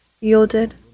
yielded